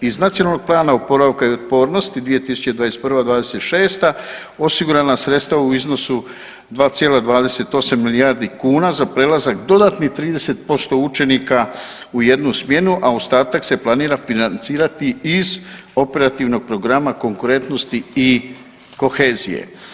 Iz Nacionalnog plana oporavka i otpornosti 2021.-2026. osigurana sredstva u iznosu 2,28 milijardi kuna za prelazak dodatnih 30% učenika u jednu smjenu, a ostatak se planira financirati iz operativnog programa konkurentnosti i kohezije.